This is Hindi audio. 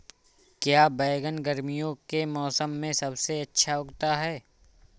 क्या बैगन गर्मियों के मौसम में सबसे अच्छा उगता है?